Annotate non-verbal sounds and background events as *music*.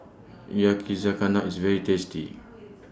Yakizakana IS very tasty *noise*